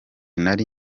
nari